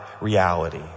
reality